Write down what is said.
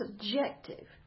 subjective